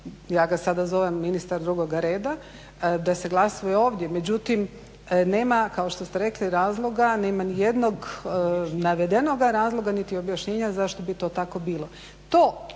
ja ga sada zovem ministar drugoga reda, da se glasuje ovdje. Međutim, nema kao što ste rekli razloga, nema ni jednog navedenoga razloga niti objašnjenja zašto bi to tako bilo.